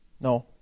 No